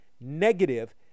negative